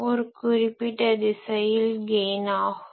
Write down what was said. ஒரு குறிப்பிட்ட திசையில் கெய்ன் ஆகும்